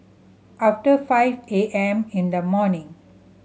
after five A M in the morning